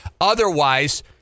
Otherwise